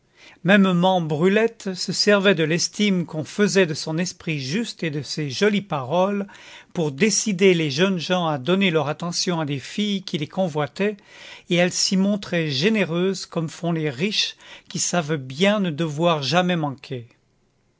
mêmement brulette se servait de l'estime qu'on faisait de son esprit juste et de ses jolies paroles pour décider les jeunes gens à donner leur attention à des filles qui les convoitaient et elle s'y montrait généreuse comme font les riches qui savent bien ne devoir jamais manquer